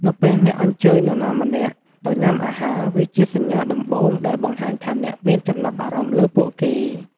នៅពេលអ្នកអញ្ជើញនរណាម្នាក់ទៅញ៉ាំអាហារ វាជាសញ្ញាដំបូងដែលបង្ហាញថាអ្នកមានចំណាប់អារម្មណ៍លើពួកគេ។